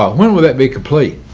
ah when would that be complete?